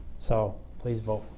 so, please vote.